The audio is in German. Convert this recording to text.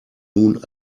nun